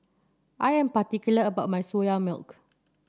I am particular about my Soya Milk